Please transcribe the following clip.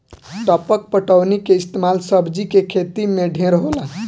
टपक पटौनी के इस्तमाल सब्जी के खेती मे ढेर होला